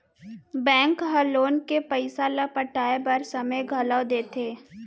bank ह loan के पइसा ल पटाए बर समे घलो देथे